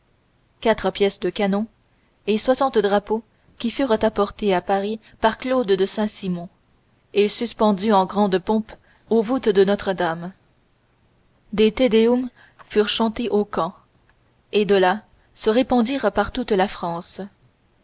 quatre pièces de canon et soixante drapeaux qui furent apportés à paris par claude de saint-simon et suspendus en grande pompe aux voûtes de notre-dame des te deum furent chantés au camp et de là se répandirent par toute la france